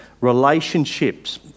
relationships